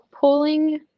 pulling